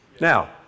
Now